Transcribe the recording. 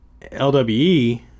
LWE